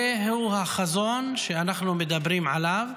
זהו החזון שאנחנו מדברים עליו.